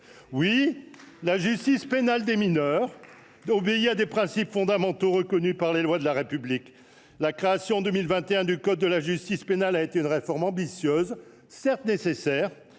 Oui, la justice pénale des mineurs obéit à des principes fondamentaux reconnus par les lois de la République. La création en 2021 du code de la justice pénale des mineurs a été une réforme ambitieuse, certes nécessaire,